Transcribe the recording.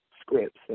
scripts